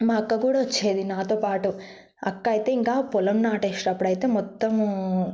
మా అక్క కూడా వచ్చేది నాతోపాటు అక్కయితే ఇంకా పొలం నాటేసేటప్పుడు అయితే మొత్తము